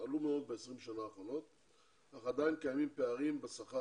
עלו מאוד ב-20 השנים האחרונות אך עדיין קיימים פערים בשכר